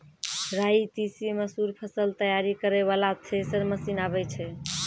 राई तीसी मसूर फसल तैयारी करै वाला थेसर मसीन आबै छै?